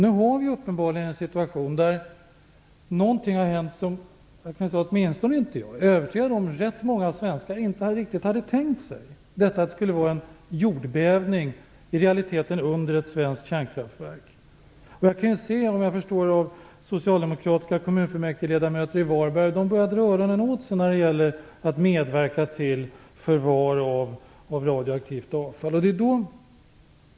Nu har vi uppenbarligen en situation då det har hänt någonting som åtminstone inte jag riktigt hade tänkt mig - jag är övertygad om att rätt många svenskar inte heller hade tänkt sig det - dvs. en jordbävning i realiteten under ett svenskt kärnkraftverk. Jag förstår att socialdemokratiska kommunfullmäktigeledamöter i Varberg börjar dra öronen åt sig när det gäller att medverka till förvar av radioaktivt avfall.